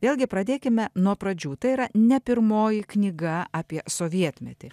vėlgi pradėkime nuo pradžių tai yra ne pirmoji knyga apie sovietmetį